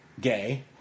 gay